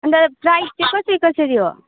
अन्त प्राइज चाहिँ कसरी कसरी हो